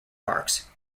parks